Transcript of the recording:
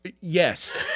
Yes